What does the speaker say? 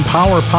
Power